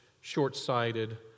short-sighted